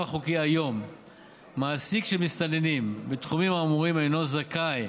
החוקי היום מעסיק של מסתננים בתחומים האמורים אינו זכאי